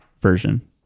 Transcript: version